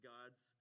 God's